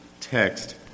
text